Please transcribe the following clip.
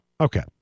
Okay